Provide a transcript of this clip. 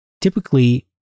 Typically